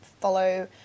follow